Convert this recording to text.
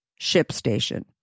ShipStation